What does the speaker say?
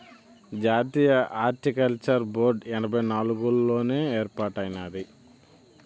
జాతీయ horticulture board ఎనభై నాలుగుల్లోనే ఏర్పాటైనాది